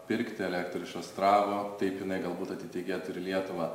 pirkti elektrą iš astravo taip jinai galbūt atitekėtų ir į lietuvą